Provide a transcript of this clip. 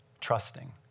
trusting